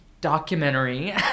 documentary